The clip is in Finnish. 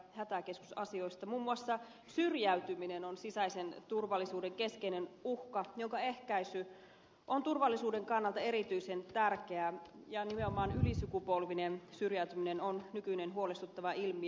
muun muassa syrjäytyminen on sisäisen turvallisuuden keskeinen uhka jonka ehkäisy on turvallisuuden kannalta erityisen tärkeää ja nimenomaan ylisukupolvinen syrjäytyminen on nykyinen huolestuttava ilmiö